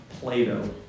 Plato